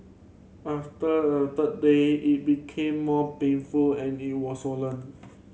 after a third day it became more painful and it was swollen